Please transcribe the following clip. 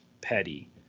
petty